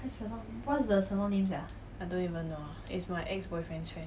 I don't even know ah it's my ex-boyfriend's friend